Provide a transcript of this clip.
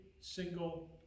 single